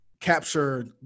capture